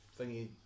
thingy